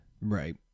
Right